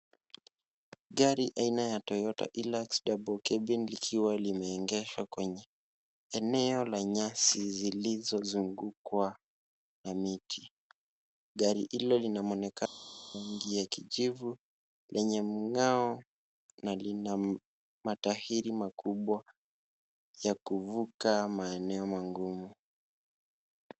Gari aina ya Toyota hilux double cabin likiwa limeegeshwa kwenye eneo la nyasi zilizozungukwa na miti. gari hilo lina mwonekano wa kijivu lenye mng'ao na lina matairi makubwa ya kuvuka maeneo magumu.